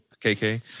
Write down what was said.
KK